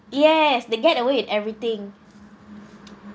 yes they get away with everything